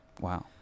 Wow